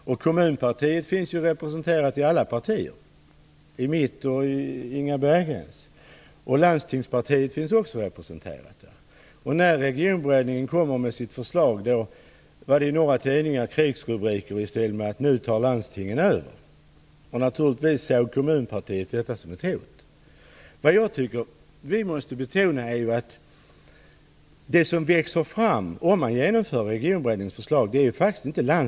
Kommunpartiet finns ju representerat i alla partier - i mitt parti och i Inga Berggrens. Landstingspartiet finns också representerat där. När Regionberedningen presenterade sitt förslag var det i några tidningar krigsrubriker i stil med att nu skulle landstingen ta över. Naturligtvis ser Kommunpartiet detta som ett hot. Vad vi måste betona är att det faktiskt inte är landstinget som tar över om man genomför Regionberedningens förslag.